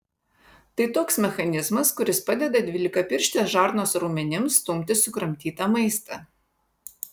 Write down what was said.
tai toks mechanizmas kuris padeda dvylikapirštės žarnos raumenims stumti sukramtytą maistą